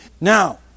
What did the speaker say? Now